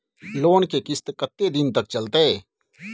Loan के किस्त कत्ते दिन तक चलते?